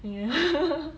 ya